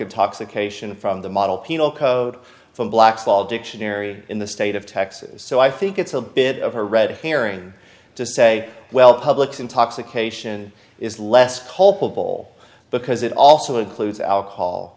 intoxication from the model penal code from black's law dictionary in the state of texas so i think it's a bit of a red herring to say well public intoxication is less culpable because it also includes